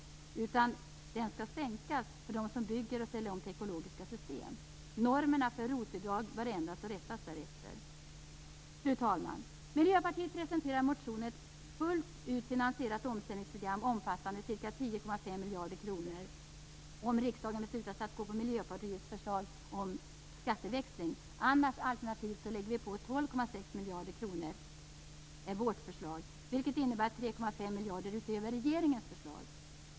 Fastighetsskatten skall i stället sänkas för dem som bygger och ställer om till ekologiska system. Normerna för ROT-bidrag bör ändras och rättas därefter. Fru talman! Miljöpartiet presenterar i motionerna ett fullt ut finansierat omställningsprogram omfattande ca 10,5 miljarder kronor om riksdagen beslutar sig för att stödja Miljöpartiets förslag om skatteväxling. Om inte, lägger vi på 12,6 miljarder kronor med vårt förslag. Det innebär 3,5 miljarder utöver regeringens förslag.